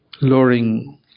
lowering